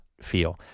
feel